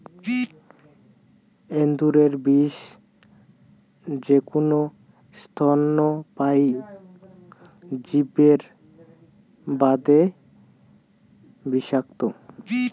এন্দুরের বিষ যেকুনো স্তন্যপায়ী জীবের বাদে বিষাক্ত,